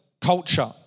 culture